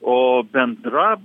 o bendra